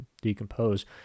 decompose